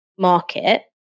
market